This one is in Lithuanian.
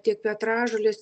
tik petražolės